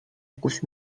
kus